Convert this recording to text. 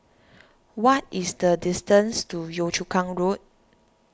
what is the distance to Yio Chu Kang Road